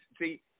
see